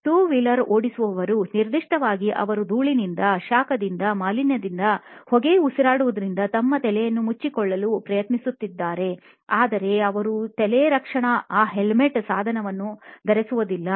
2 wheeler ಓಡಿಸುವವರು ನಿರ್ದಿಷ್ಟವಾಗಿ ಅವರು ಧೂಳಿನಿಂದ ಶಾಖದಿಂದ ಮಾಲಿನ್ಯದಿಂದ ಹೊಗೆ ಉಸಿರಾಡುವುದರಿಂದ ತಮ್ಮ ತಲೆಯನ್ನು ಮುಚ್ಚಿಕೊಳ್ಳಲು ಪ್ರಯತ್ನಿಸುತ್ತಿದ್ದಾರೆ ಆದರೆ ಅವರು ತಲೆ ರಕ್ಷಣಾ ಆ ಹೆಲ್ಮೆಟ್ ಸಾಧನವನ್ನು ಧರಿಸುವುದಿಲ್ಲ